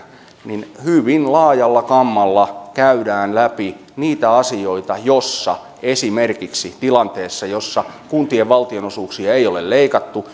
hyvin laajalla kammalla käydään läpi niitä asioita esimerkiksi tilanteessa jossa kuntien valtionosuuksia ei ole leikattu